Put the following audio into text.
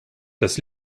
das